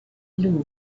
blue